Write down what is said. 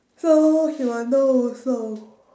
so he will know also